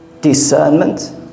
discernment